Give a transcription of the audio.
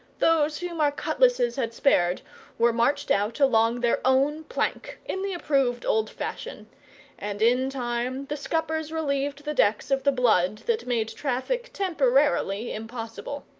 those whom our cutlasses had spared were marched out along their own plank, in the approved old fashion and in time the scuppers relieved the decks of the blood that made traffic temporarily impossible.